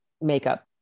makeup